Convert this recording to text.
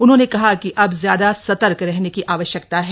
उन्होंने कहा कि अब ज्यादा सतर्क रहने की आवश्यकता है